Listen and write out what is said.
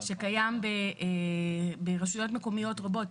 שקיים ברשויות מקומיות רבות,